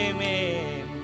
Amen